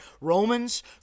Romans